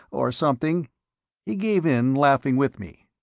or something he gave in, laughing with me.